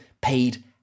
paid